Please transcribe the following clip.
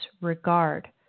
regard